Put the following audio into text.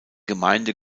gemeinde